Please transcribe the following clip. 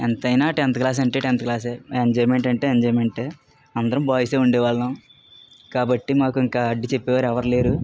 ఎంతైనా tenth class అంటే tenth క్లాసే ఎంజాయిమెంట్ అంటే ఎంజాయిమెంటే అందరం బాయ్స్ ఉండేవాళ్ళం కాబట్టి మాకు ఇంకా అడ్డు చెప్పే వారు ఎవరు లేరు